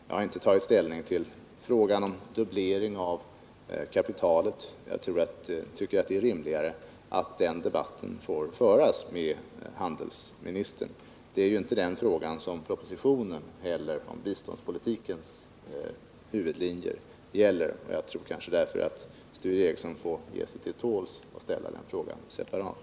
Jag har inte tagit ställning till frågan om en dubblering av kapitalet. Jag tycker det är rimligare att den debatten får föras med handelsministern. Det är ju inte heller den frågan som propositionen om biståndspolitikens huvudlinjer gäller. Sture Ericson får därför kanske ge sig till tåls och ställa frågan om detta separat.